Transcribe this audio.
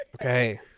Okay